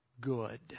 good